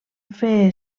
fer